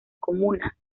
comunas